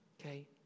Okay